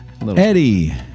Eddie